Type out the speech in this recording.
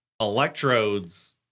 electrodes